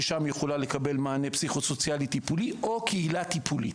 ששם היא יכולה לקבל מענה פסיכו-סוציאלי טיפולי או קהילה טיפולית,